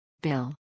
Bill